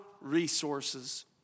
resources